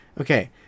Okay